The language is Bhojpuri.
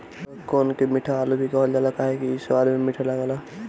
कोन के मीठा आलू भी कहल जाला काहे से कि इ स्वाद में मीठ लागेला